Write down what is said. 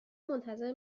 منتظر